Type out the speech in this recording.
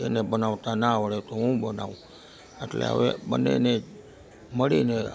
એને બનાવતા ના આવડે તો હું બનાવું અટલે હવે બંનેને મળીને હવે